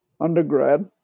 undergrad